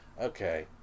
okay